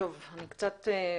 תודה.